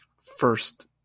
first